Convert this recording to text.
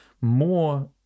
more